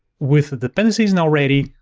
with the dependencies now ready,